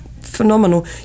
phenomenal